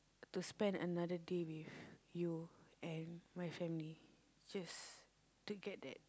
to spend another day with you and my family just to get that